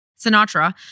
Sinatra